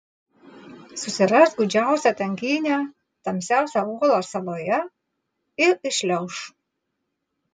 susiras gūdžiausią tankynę tamsiausią olą saloje ir įšliauš